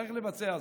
צריך לבצע זאת.